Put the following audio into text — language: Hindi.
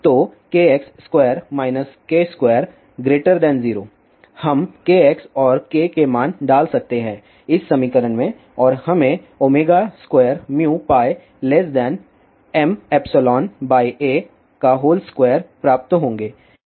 तो kx2 k2 0 हम kx और k के मान डाल सकते हैं इस समीकरण में और हमें 2μπ mϵa2 प्राप्त होंगे